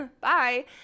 bye